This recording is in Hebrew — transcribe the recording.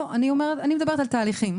אני מדברת על תהליכים.